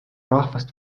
rahvast